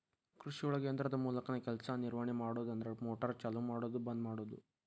ಕೃಷಿಒಳಗ ಯಂತ್ರದ ಮೂಲಕಾನ ಕೆಲಸಾ ನಿರ್ವಹಣೆ ಮಾಡುದು ಅಂದ್ರ ಮೋಟಾರ್ ಚಲು ಮಾಡುದು ಬಂದ ಮಾಡುದು